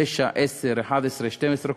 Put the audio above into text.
תשע, עשר, 11, 12 קומות.